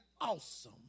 awesome